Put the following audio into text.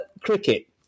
Cricket